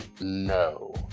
No